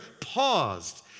paused